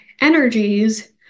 energies